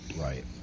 right